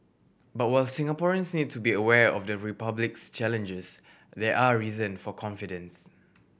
but while Singaporeans need to be aware of the Republic's challenges there are reason for confidence